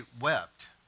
wept